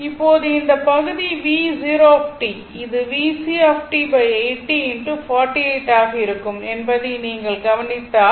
இப்போது இந்த பகுதி V 0 t இது VCt 80 x 48 ஆக இருக்கும் என்பதை நீங்கள் கவனித்தால்